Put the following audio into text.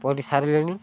ସାରିଲିଣି